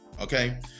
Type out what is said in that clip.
Okay